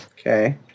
Okay